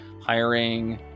hiring